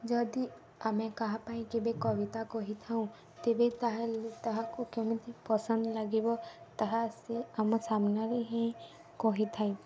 ଯଦି ଆମେ କାହା ପାଇଁ କେବେ କବିତା କହିଥାଉଁ ତେବେ ତା'ହେଲେ ତାହାକୁ କେମିତି ପସନ୍ଦ ଲାଗିବ ତାହା ସେ ଆମ ସାମ୍ନାରେ ହିଁ କହିଥାଏ